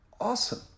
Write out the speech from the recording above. awesome